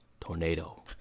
Tornado